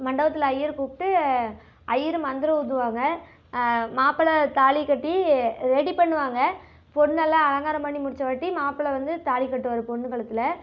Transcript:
மண்டபத்தில் ஐயரு கூப்பிட்டு ஐயரு மந்த்ரம் ஒதுவாங்க மாப்பிளை தாலி கட்டி ரெடி பண்ணுவாங்க பொண்ணெல்லாம் அலங்காரம் பண்ணி முடிச்சவாட்டி மாப்பிளை வந்து தாலிக்கட்டுவார் பொண்ணு கழுத்தில்